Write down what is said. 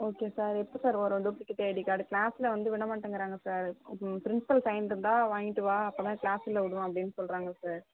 okay sir எப்போ sir வரும் duplicate ID card கிளாஸ்சில் வந்து விட மாட்டேங்கிறாங்க சார் ப்ரின்ஸ்பல் சைனிருந்தா வாங்கிகிட்டு வா அப்போ தான் கிளாஸ்சில் விடுவேன் அப்படின் சொல்கிறாங்க சார்